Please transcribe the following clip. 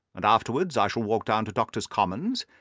and afterwards i shall walk down to doctors' commons,